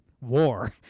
War